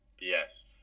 Yes